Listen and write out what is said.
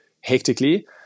hectically